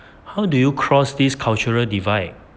how do you cross these cultural divide